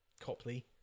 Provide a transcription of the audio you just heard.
Copley